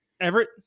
Everett